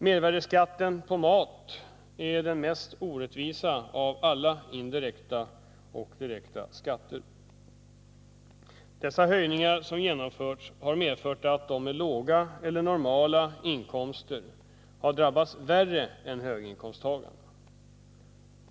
Mervärdeskatten på mat är den mest orättvisa av alla indirekta och direkta skatter. Dessa höjningar som genomförts har medfört att de med låga eller normala inkomster har drabbats värre än höginkomsttagarna.